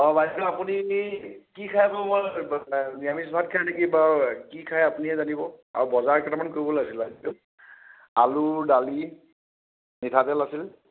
অ' বাইদেউ আপুনি কি খাই আকৌ নিৰামিষ ভাত খাই নেকি বা কি খাই আপুনিহে জানিব আৰু বজাৰ কেইটামান কৰিব আছিলে আজি আলু দালি মিঠাতেল আছিল